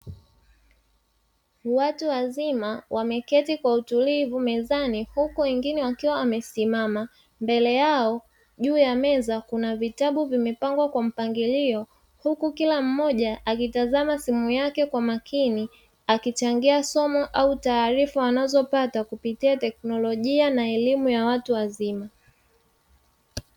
Watu wazima wameketi kwa utulivu mezani huku wengine wakiwa wamesimama. Mbele yao juu ya meza kuna vitabu vimepangwa kwa mpangilio, huku kila mmoja akitazama simu yake kwa makini, akichangia somo au taarifa anazopata kupitia teknolojia na elimu ya watu wazima.